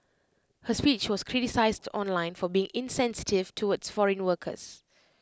her speech was criticised online for being insensitive towards foreign workers